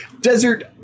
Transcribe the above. desert